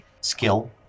skill